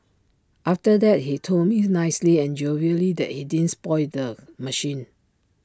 after that he told me nicely and jovially that he didn't spoil the machine